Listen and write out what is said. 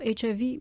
HIV